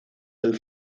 del